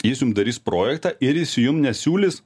jis jum darys projektą ir jis jum nesiūlys